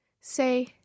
say